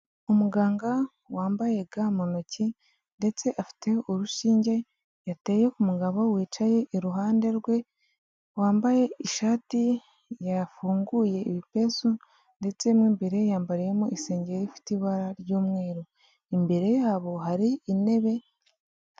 Umuganga wambaye ga mu ntoki ndetse afite urushinge yateye ku mugabo wicaye iruhande rwe, wambaye ishati yafunguye ibipesi ndetse imbere yambariyemo isengeri ifite ibara ry'umweru imbere yabo hari intebe.